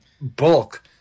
bulk